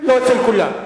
לא אצל כולם.